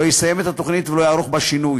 לא יסיים את התוכנית ולא יערוך בה שינוי,